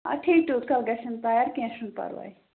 آ ٹھیٖک تیٛوٗت کَال گژھٮ۪ن تَیار کیٚنٛہہ چھُنہٕ پَرواے